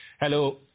Hello